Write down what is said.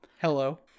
hello